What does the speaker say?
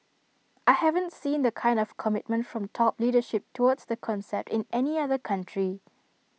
I haven't seen the kind of commitment from top leadership towards the concept in any other country